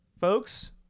folks